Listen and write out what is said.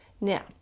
Now